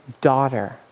Daughter